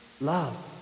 Love